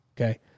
Okay